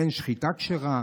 אין שחיטה כשרה,